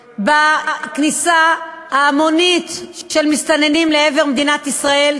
בכניסה ההמונית של מסתננים לעבר מדינת ישראל.